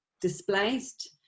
displaced